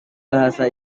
bahasa